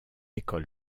école